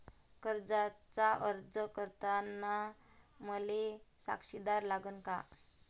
कर्जाचा अर्ज करताना मले साक्षीदार लागन का?